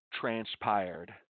transpired